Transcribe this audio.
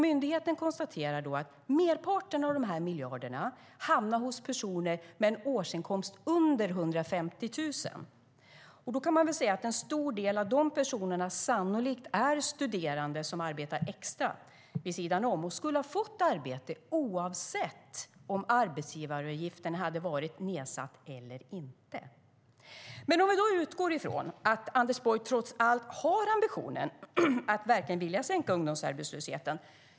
Myndigheten konstaterar att merparten av miljarderna hamnar hos personer med en årsinkomst under 150 000. En stor del av de personerna är sannolikt studerande som arbetar extra, vid sidan om, och skulle ha fått arbete oavsett om arbetsgivaravgiften hade varit nedsatt eller inte. Låt oss utgå från att Anders Borg trots allt har ambitionen att verkligen vilja sänka ungdomsarbetslösheten.